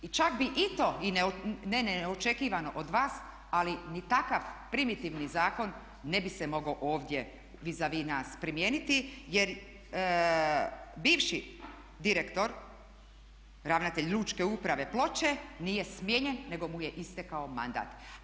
I čak bi i to i ne neočekivano od vas ali ni takav primitivni zakon ne bi se mogao ovdje vis a vis nas primijeniti jer bivši direktor, ravnatelj Lučke uprave Ploče nije smijenjen nego mu je istekao mandat.